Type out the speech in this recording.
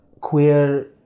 queer